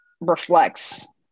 reflects